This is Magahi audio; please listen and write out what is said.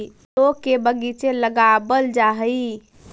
फलों के बगीचे लगावल जा हई